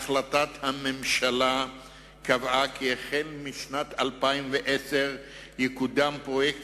בהחלטת הממשלה נקבע כי משנת 2010 יקודם פרויקט